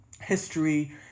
history